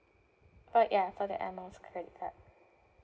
for ya for the air miles credit card